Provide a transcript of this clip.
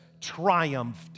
triumphed